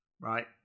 Right